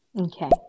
Okay